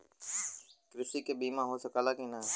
कृषि के बिमा हो सकला की ना?